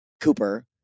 Cooper